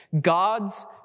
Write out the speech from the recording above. God's